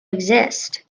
exist